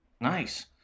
nice